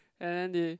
and then they